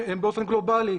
באופן גלובלי,